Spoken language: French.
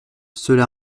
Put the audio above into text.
cela